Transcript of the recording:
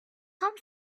come